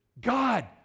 God